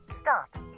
Stop